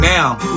Now